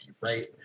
right